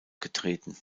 getreten